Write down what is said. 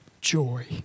joy